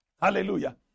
Hallelujah